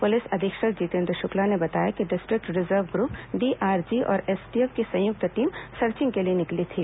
police अधीक्षक जितेन्द्र शुक्ला ने बताया कि डिस्ट्रिक्ट रिजर्व ग्रूप डीआरजी और एसटीएफ की संयुक्त टीम सर्चिंग के लिए निकली थी